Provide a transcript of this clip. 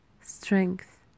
strength